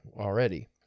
already